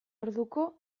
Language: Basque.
orduko